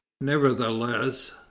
nevertheless